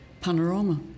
Panorama